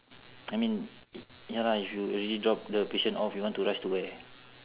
I mean ya lah if you already drop the patient off you want to rush to where